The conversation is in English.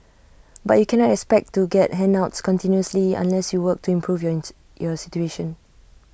but you cannot expect to get handouts continuously unless you work to improve your situation